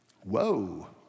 Whoa